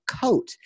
coat